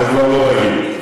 אתה כבר לא בגיל.